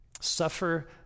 suffer